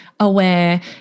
aware